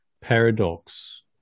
paradox